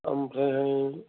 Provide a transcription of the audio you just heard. ओमफ्राय